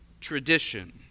tradition